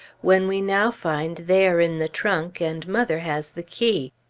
when we now find they are in the trunk and mother has the key.